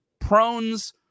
prones